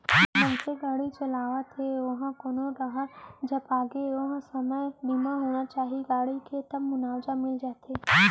मनसे गाड़ी चलात हे ओहा कोनो डाहर झपागे ओ समे बीमा होना चाही गाड़ी के तब मुवाजा मिल जाथे